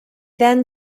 then